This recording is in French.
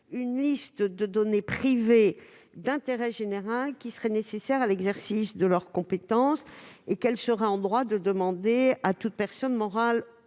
une liste de données privées d'intérêt général qui seraient nécessaires à l'exercice de leurs compétences et qu'elles seraient en droit de demander à toute personne morale